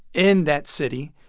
in that city.